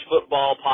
football